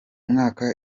mwaka